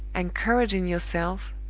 encourage in yourself,